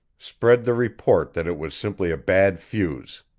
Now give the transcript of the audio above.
spread the report that it was simply a bad fuse.